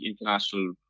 international